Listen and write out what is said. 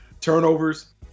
turnovers